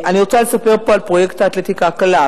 אני רוצה לספר פה על פרויקט האתלטיקה הקלה,